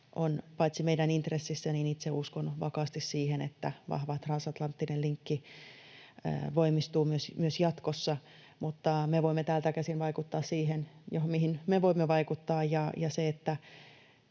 on paitsi meidän intressissä, niin itse uskon vakaasti myös siihen, että vahva transatlanttinen linkki voimistuu jatkossa. Mutta me voimme täältä käsin vaikuttaa siihen, mihin me voimme vaikuttaa,